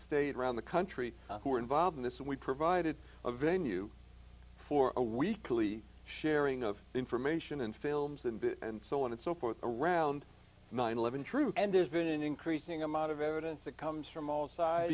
state around the country who were involved in this and we provided a venue for a weekly sharing of information and films and so on and so forth around nine hundred and eleven truth and there's been an increasing amount of evidence that comes from all sides